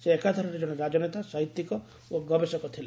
ସେ ଏକାଧାରାରେ ଜଣେ ରାଜନେତା ସାହିତ୍ୟିକ ଓ ଗବେଷକ ଥିଲେ